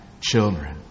children